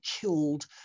killed